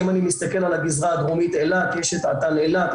אם אני מסתכל על הגזרה הדרומית אילת יש את אט"ן אילת,